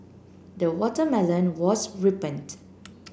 the watermelon was ripened